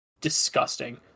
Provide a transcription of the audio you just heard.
disgusting